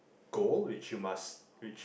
goal which you must which you